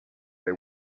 they